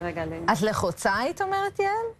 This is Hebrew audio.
רגע, אני... את לחוצה היית אומרת, יעל?